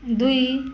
दुई